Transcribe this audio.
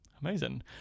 amazing